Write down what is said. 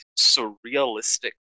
surrealistic